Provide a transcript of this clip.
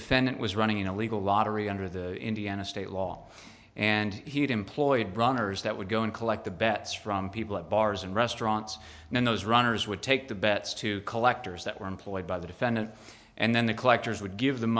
defendant was running a legal lottery under the indiana state law and he had employed brunner's that would go and collect the bets from people at bars and restaurants and those runners would take the bets to collectors that were employed by the defendant and then the collectors would give the